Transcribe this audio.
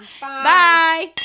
Bye